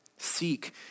seek